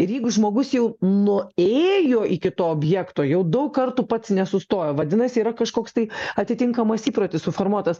ir jeigu žmogus jau nuėjo iki to objekto jau daug kartų pats nesustojo vadinasi yra kažkoks tai atitinkamas įprotis suformuotas